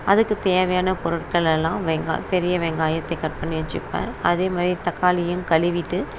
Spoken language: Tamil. அதுக்கு தேவையான பொருட்கள் எல்லாம் வெங்காயம் பெரிய வெங்காயத்தை கட் பண்ணி வைச்சுப்பேன் அதே மாதிரி தக்காளியும் கழுவிட்டு